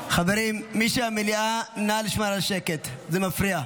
חברים, מי שבמליאה, נא לשמור על השקט, זה מפריע.